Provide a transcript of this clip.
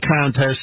contest